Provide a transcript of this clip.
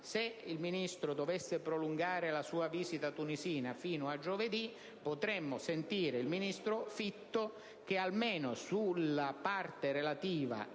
se il Ministro dovesse prolungare la sua visita in Tunisia fino a giovedì, potremmo sentire il ministro Fitto, che almeno sulla parte relativa